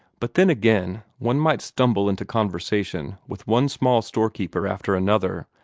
but then again one might stumble into conversation with one small storekeeper after another,